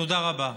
תודה רבה.